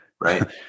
Right